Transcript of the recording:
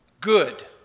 good